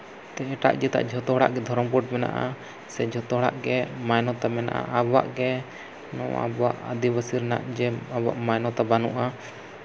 ᱥᱮ ᱮᱴᱟᱜ ᱡᱟᱹᱛᱟᱜ ᱡᱚᱛᱚ ᱦᱚᱲᱟᱜ ᱜᱮ ᱫᱷᱚᱨᱚᱢ ᱠᱳᱰ ᱢᱮᱱᱟᱜᱼᱟ ᱥᱮ ᱡᱷᱚᱛᱚ ᱦᱚᱲᱟᱜ ᱜᱮ ᱢᱟᱱᱱᱚᱛᱟ ᱢᱮᱱᱟᱜᱼᱟ ᱟᱵᱚᱣᱟᱜ ᱜᱮ ᱱᱚᱣᱟ ᱟᱵᱚᱣᱟᱜ ᱟᱫᱤᱵᱟᱥᱤ ᱨᱮᱱᱟᱜ ᱡᱮ ᱟᱵᱚᱣᱟᱜ ᱢᱟᱱᱱᱚᱛᱟ ᱵᱟᱹᱱᱩᱜᱼᱟ